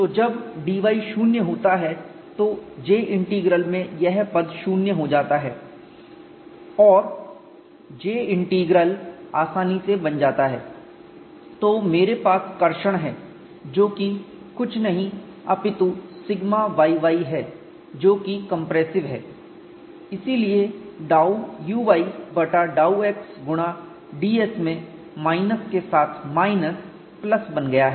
तो जब dy शून्य होता है तो J इंटीग्रल में यह पद शून्य हो जाता है और J इंटीग्रल आसानी से बन जाता है मेरे पास कर्षण ट्रेक्शन है जो कि कुछ नहीं अपितु σyy है जो कि कंप्रेसिव है इसलिए डाउ uy बटा डाउ x गुणा ds में माइनस के साथ माइनस प्लस बन गया है